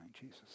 Jesus